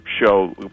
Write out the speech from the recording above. show